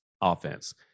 offense